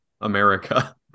America